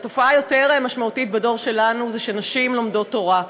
התופעה היותר-משמעותית בדור שלנו זה שנשים לומדות תורה.